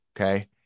Okay